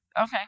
Okay